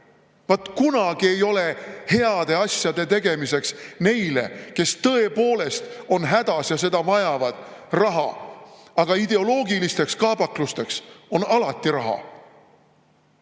Vaat kunagi ei ole raha heade asjade tegemiseks, neile, kes tõepoolest on hädas ja seda raha vajavad, aga ideoloogilisteks kaabaklusteks on alati raha.